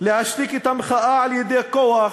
להשתיק את המחאה על-ידי כוח